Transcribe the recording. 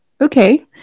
Okay